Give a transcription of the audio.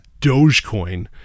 Dogecoin